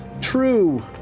True